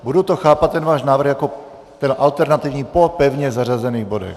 Budu chápat váš návrh jako alternativní po pevně zařazených bodech.